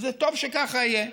וטוב שכך יהיה.